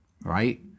right